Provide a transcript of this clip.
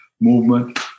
movement